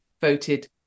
voted